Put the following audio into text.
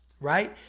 right